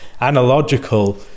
analogical